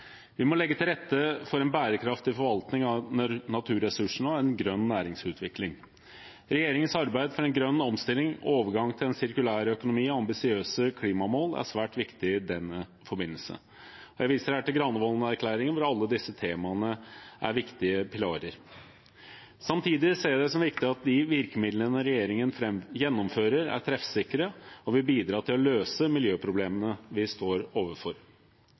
Vi må legge til rette for en bærekraftig forvaltning av naturressursene og en grønn næringsutvikling. Regjeringens arbeid for en grønn omstilling, overgang til en sirkulær økonomi og ambisiøse klimamål er svært viktig i den forbindelse. Jeg viser her til Granavolden-plattformen, hvor alle disse temaene er viktige pilarer. Samtidig ser vi det som viktig at de virkemidlene regjeringen gjennomfører, er treffsikre og vil bidra til å løse miljøproblemene vi står overfor.